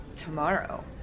tomorrow